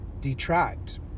detract